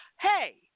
hey